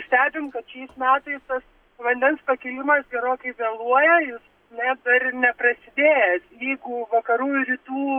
stebim kad šiais metais tas vandens pakilimas gerokai vėluoja jis net dar ir neprasidėjęs jeigu vakarų ir rytų